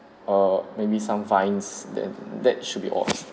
err maybe some vines then that should be all